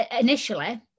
initially